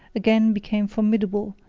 again became formidable,